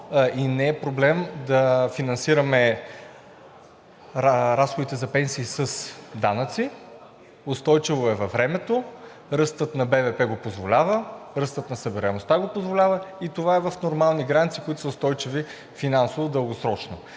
и не е проблем да финансираме разходите за пенсии с данъци. Устойчиво е във времето, ръстът на БВП го позволява, ръстът на събираемостта го позволява и това е в нормални граници, които са устойчиви финансово дългосрочно.